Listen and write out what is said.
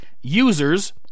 users